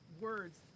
words